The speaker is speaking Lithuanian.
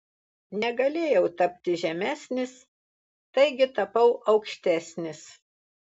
negalėjau tapti žemesnis taigi tapau aukštesnis